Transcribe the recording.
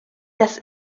das